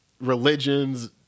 religions